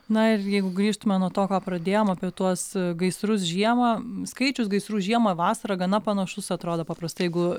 na ir jeigu grįžtume nuo to ką pradėjom apie tuos gaisrus žiemą skaičius gaisrų žiemą vasarą gana panašus atrodo paprastai jeigu